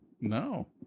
No